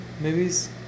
movies